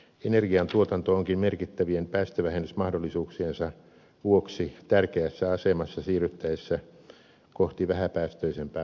energiantuotanto onkin merkittävien päästövähennysmahdollisuuksiensa vuoksi tärkeässä asemassa siirryttäessä kohti vähäpäästöisempää maailmaa